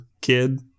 kid